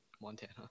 Montana